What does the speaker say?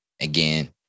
Again